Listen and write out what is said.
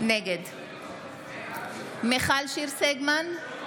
נגד מיכל שיר סגמן,